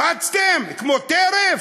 רצתם כמו אחרי טרף?